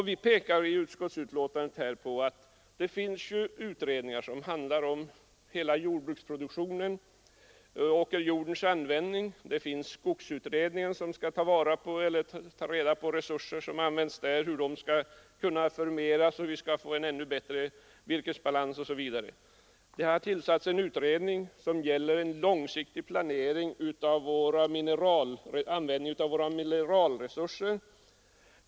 Vi pekar i betänkandet på att det redan finns utredningar på det här området. Vi har utredningar om hela jordbruksproduktionen och om åkerjordens användning. Skogsutredningen skall ta reda på hur skogens resurser skall kunna förmeras och hur vi skall få en ännu bättre virkesbalans. Det har tillsatts en utredning som gäller en långsiktig planering av användningen av våra mineralresurser.